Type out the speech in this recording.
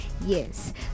yes